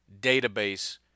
database